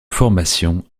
formation